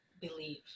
believe